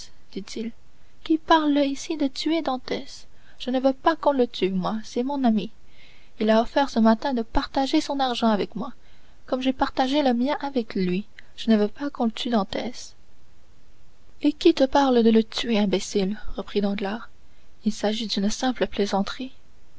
dit-il qui parle ici de tuer dantès je ne veux pas qu'on le tue moi c'est mon ami il a offert ce matin de partager son argent avec moi comme j'ai partagé le mien avec lui je ne veux pas qu'on tue dantès et qui te parle de le tuer imbécile reprit danglars il s'agit d'une simple plaisanterie